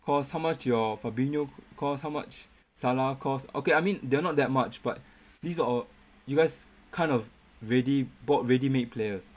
cost how much your fabinho cost how much salah cost okay I mean they're not that much but these are you guys kind of ready bought ready made players